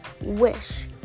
wish